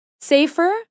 safer